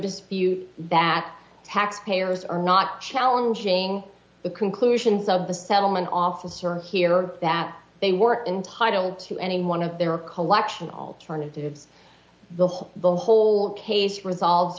dispute that taxpayers are not challenging the conclusions of the settlement officer here or that they were entitled to any one of their collection alternatives the whole the whole case resolves